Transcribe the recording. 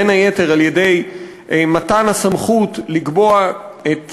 בין היתר על-ידי מתן הסמכות לקבוע את